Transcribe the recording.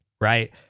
Right